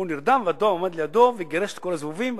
הוא נרדם, והדוב עמד לידו וגירש את כל הזבובים.